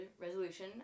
resolution